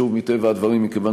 שהוא מטבע הדברים, מכיוון